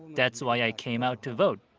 that's why i came out to vote.